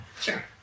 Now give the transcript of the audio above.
Sure